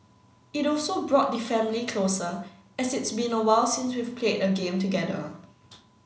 it also brought the family closer as it's been awhile since we've played a game together